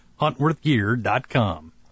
huntworthgear.com